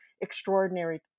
extraordinary